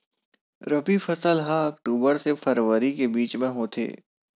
रबी फसल हा अक्टूबर से फ़रवरी के बिच में होथे